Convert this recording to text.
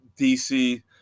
dc